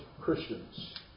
Christians